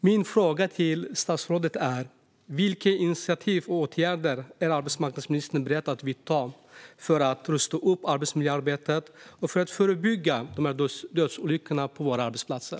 Min fråga till statsrådet är: Vilka initiativ och åtgärder är arbetsmarknadsministern beredd att vidta för att rusta upp arbetsmiljöarbetet och för att förebygga dödsolyckor på våra arbetsplatser?